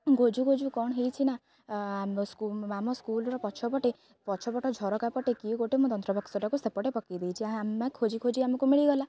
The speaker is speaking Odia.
ଖୋଜୁ ଖୋଜୁ କ'ଣ ହେଇଛିି ନା ଆମ ଆମ ସ୍କୁଲର ପଛପଟେ ପଛପଟ ଝରକା ପଟେ କିଏ ଗୋଟେ ମୋ ଯନ୍ତ୍ରବାକ୍ସଟାକୁ ସେପଟେ ପକାଇ ଦେଇଛି ଆମେ ଖୋଜି ଖୋଜି ଆମକୁ ମିଳିଗଲା